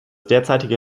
derzeitige